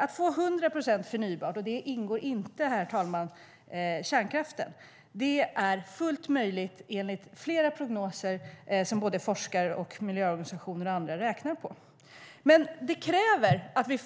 Att få 100 procent förnybart - och där ingår inte kärnkraften, herr talman - är fullt möjligt enligt flera prognoser från forskare, miljöorganisationer och andra. Men det kräver att vi